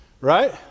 Right